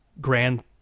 grand